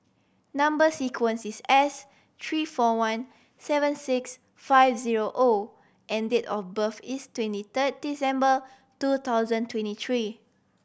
number sequence is S three four one seven six five zero O and date of birth is twenty third December two thousand twenty three